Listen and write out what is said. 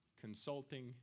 consulting